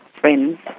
friends